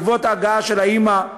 בעקבות ההגעה של האימא,